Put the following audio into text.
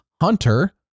Hunter